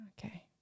okay